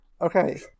Okay